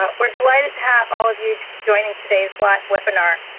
but we're delighted to have all of you joining today's last webinar.